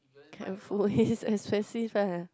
careful it's expensive eh